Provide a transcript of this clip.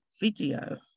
video